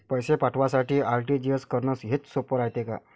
पैसे पाठवासाठी आर.टी.जी.एस करन हेच सोप रायते का?